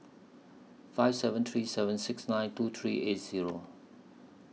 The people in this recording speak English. five seven three seven six nine two three eight Zero